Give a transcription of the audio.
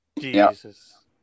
Jesus